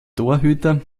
torhüter